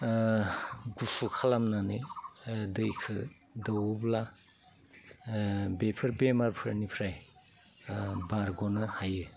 गुसु खालामनानै दैखो दौवोब्ला बेफोर बेमारफोरनिफ्राय बारग'नो हायो